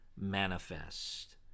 manifest